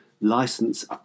license